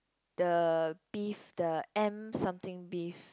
the beef the M something beef